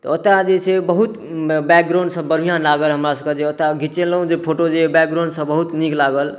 तऽ ओतय जे छै बहुत बैकग्राउंड सब बढ़िऑं लागल हमरा सबके जे ओतय घिचेलहुॅं जे फोटो जे बैकग्राउंड सब बहुत नीक लागल